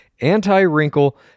anti-wrinkle